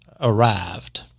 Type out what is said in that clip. arrived